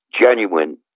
genuine